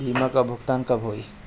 बीमा का भुगतान कब होइ?